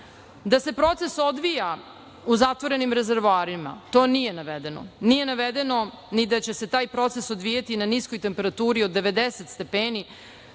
da se proces odvija u zatvorenim rezervoarima, to nije navedeno. Nije navedeno ni da će se taj proces odvijati na niskoj temperaturi od 90 stepeni,